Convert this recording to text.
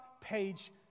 page